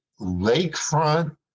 lakefront